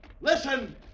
listen